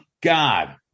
God